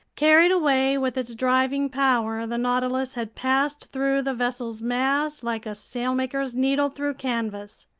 carried away with its driving power, the nautilus had passed through the vessel's mass like a sailmaker's needle through canvas!